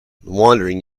wandering